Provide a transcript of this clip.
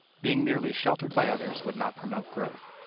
being merely sheltered by others would not promote growth.